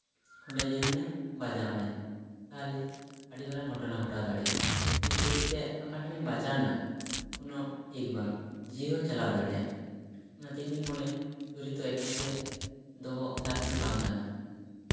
ᱚᱸᱰᱮ ᱧᱮᱞᱢᱮ ᱵᱟᱡᱟᱣᱱᱟᱭ ᱛᱟᱦᱚᱞᱮ ᱟᱹᱰᱤ ᱢᱟᱨᱟᱝ ᱜᱷᱚᱴᱚᱱᱟ ᱜᱷᱚᱴᱟᱣ ᱫᱟᱲᱮᱭᱟᱜᱼᱟ ᱪᱷᱩᱨᱤᱛᱮ ᱚᱠᱟ ᱴᱷᱱᱮᱢ ᱵᱟᱡᱟᱣᱱᱟ ᱠᱚᱱᱳ ᱴᱷᱤᱠ ᱵᱟᱝ ᱡᱤᱣᱤ ᱦᱚᱸ ᱪᱟᱞᱟᱣ ᱫᱟᱲᱮᱭᱟᱜᱼᱟ ᱚᱱᱟᱛᱮ ᱤᱧᱫᱩᱧ ᱢᱚᱱᱮᱭᱟ ᱪᱷᱩᱨᱤ ᱫᱚ ᱮᱠᱟᱞᱜᱮ ᱫᱚᱦᱚ ᱞᱟᱹᱠᱛᱤ ᱵᱟᱝ ᱠᱟᱱᱟ